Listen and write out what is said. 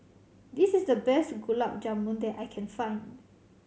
this is the best Gulab Jamun that I can find